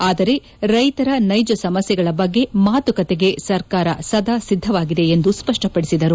ಆದರೆ ರೈತರ ನೈಜ ಸಮಸ್ಥೆಗಳ ಬಗ್ಗೆ ಮಾತುಕತೆಗೆ ಸರ್ಕಾರ ಸದಾ ಸಿದ್ಧವಾಗಿದೆ ಎಂದು ಸ್ಪಷ್ಟಪಡಿಸಿದರು